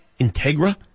Integra